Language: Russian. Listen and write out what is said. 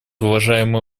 уважаемый